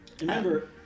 Remember